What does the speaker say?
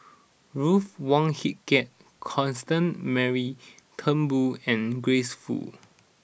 Ruth Wong Hie King Constance Mary Turnbull and Grace Fu